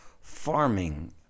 farming